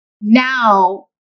Now